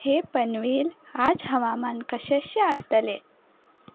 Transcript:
हेय पनवेल आज हवामान कशेंशें आसतलें